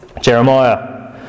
Jeremiah